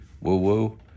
woo-woo